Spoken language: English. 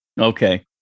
Okay